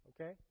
Okay